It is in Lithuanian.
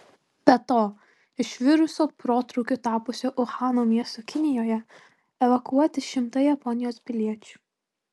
be to iš viruso protrūkiu tapusio uhano miesto kinijoje evakuoti šimtai japonijos piliečių